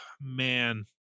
man